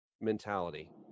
mentality